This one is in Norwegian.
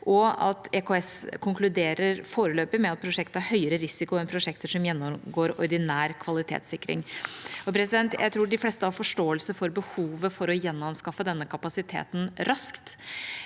og at EKS foreløpig konkluderer med at prosjektet har høyere risiko enn prosjekter som gjennomgår ordinær kvalitetssikring. Jeg tror de fleste har forståelse for behovet for å gjenanskaffe denne kapasiteten raskt.